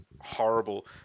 horrible